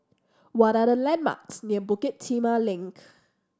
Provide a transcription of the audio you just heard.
what are the landmarks near Bukit Timah Link